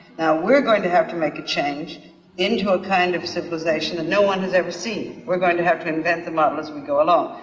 we're going to have to make a change into a kind of civilization that no one has ever seen. we're going to have to invent the but we go along.